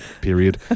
period